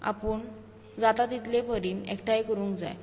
आपूण जाता तितले परीन एकठांय करूंक जाय